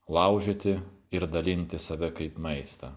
laužyti ir dalinti save kaip maistą